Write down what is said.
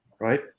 right